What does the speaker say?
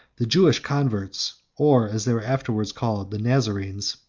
the jewish converts, or, as they were afterwards called, the nazarenes,